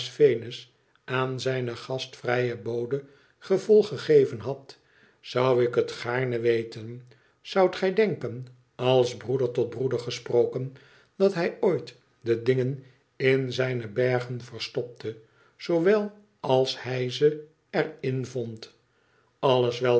aan zijne gastvrije bode gevolg gegeven had tzou ik het gaarne weten zoudt gij denken a broeder tot broeder gesproken dat hij ooit de dingen in zijne bergen verstopte zoowel als hij ze er in vond alles